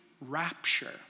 rapture